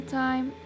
time